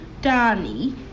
Danny